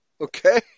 Okay